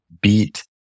beat